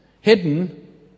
hidden